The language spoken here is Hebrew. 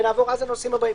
ואז נעבור לנושאים הבאים.